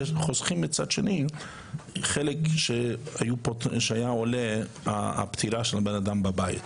כי חוסכים מהצד השני חלק של העלות בזמן פטירה של אדם בבית.